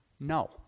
No